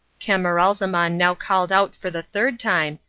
camaralzaman now called out for the third time,